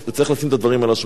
עם ישראל חזר לארצו,